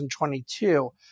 2022